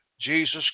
Jesus